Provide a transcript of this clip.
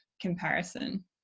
comparison